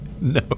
No